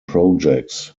projects